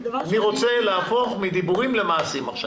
אני רוצה להפוך מדיבורים למעשים.